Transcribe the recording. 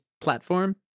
platform